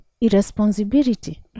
irresponsibility